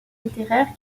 littéraire